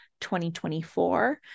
2024